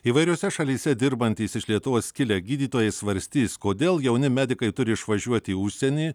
įvairiose šalyse dirbantys iš lietuvos kilę gydytojai svarstys kodėl jauni medikai turi išvažiuoti į užsienį